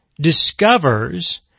discovers